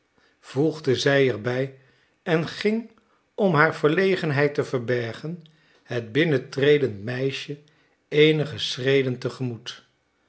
voegde zij er bij en ging om haar verlegenheid te verbergen het binnentredend meisje eenige schreden